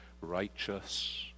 righteous